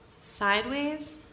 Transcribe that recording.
Sideways